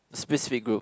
specific group